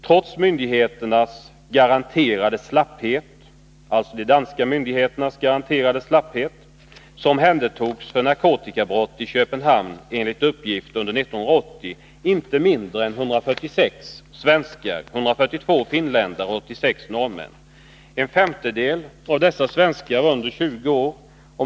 Trots de danska myndigheternas garanterade slapphet omhändertogs för narkotikabrott i Köpenhamn under 1980 enligt uppgift inte mindre än 146 svenskar, 142 finländare och 86 norrmän. En femtedel av dessa svenskar var under 20 år.